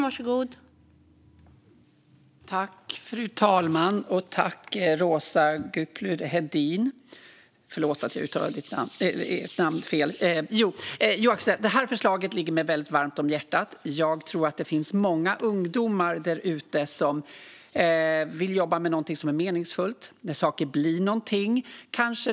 Fru talman! Det här förslaget ligger mig väldigt varmt om hjärtat. Jag tror att det finns många ungdomar där ute som vill jobba med någonting som är meningsfullt, när saker blir någonting.